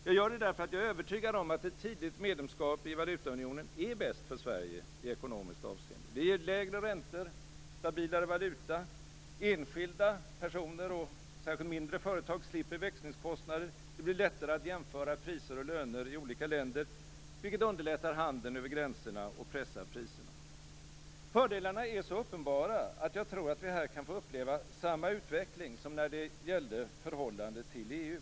Jag är övertygad om att ett tidigt medlemskap i valutaunionen är bäst för Sverige i ekonomiskt avseende. Det ger lägre räntor, stabilare valuta, enskilda personer och mindre företag slipper växlingskostnader, det blir lättare att jämföra priser och löner i olika länder, vilket underlättar handeln över gränserna och pressar priserna. Fördelarna är så uppenbara, att jag tror att vi här kan få uppleva samma utveckling som när det gällde förhållandet till EU.